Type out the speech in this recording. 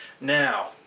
Now